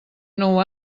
nou